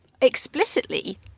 explicitly